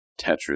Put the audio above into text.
Tetris